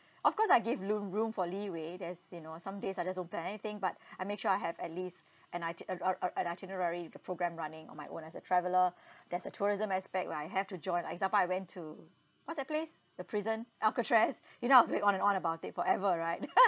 of course I give loom~ room for leeway that's you know some days I just don't plan anything but I make sure I have at least an iti~ er~ er~ an itinerary with a program running on my own as a traveller there's a tourism aspect where I have to join like example I went to what's that place the prison alcatraz you know I was going on and on about it forever right